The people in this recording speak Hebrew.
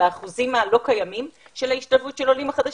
האחוזים הלא קיימים של ההשתלבות של העולים החדשים,